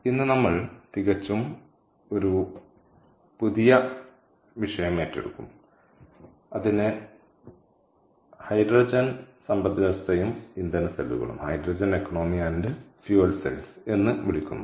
ഇന്ന് നമ്മൾ തികച്ചും പുതിയ ഒരു വിഷയം ഏറ്റെടുക്കും അതിനെ ഹൈഡ്രജൻ സമ്പദ്വ്യവസ്ഥയും ഇന്ധന സെല്ലുകളും എന്ന് വിളിക്കുന്നു